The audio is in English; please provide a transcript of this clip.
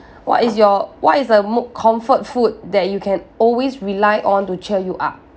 what is your what is a mo~ comfort food that you can always rely on to cheer you up